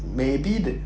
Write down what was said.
maybe the